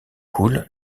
coulent